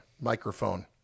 microphone